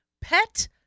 Pet